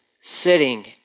sitting